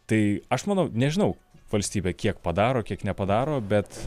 tai aš manau nežinau valstybė kiek padaro kiek nepadaro bet